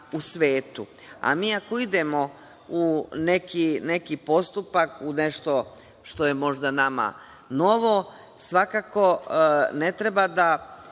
Mi ako idemo u neki postupak, u nešto što je možda nama novo, svakako ne treba da